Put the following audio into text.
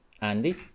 Andy